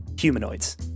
Humanoids